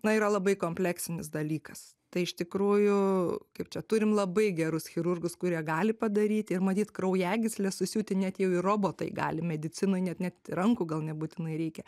na yra labai kompleksinis dalykas tai iš tikrųjų kaip čia turim labai gerus chirurgus kurie gali padaryti ir matyt kraujagysles susiūti net jau ir robotai gali medicinoj net net rankų gal nebūtinai reikia